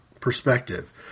perspective